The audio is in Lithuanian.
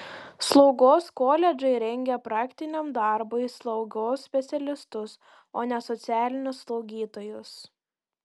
slaugos koledžai rengia praktiniam darbui slaugos specialistus o ne socialinius slaugytojus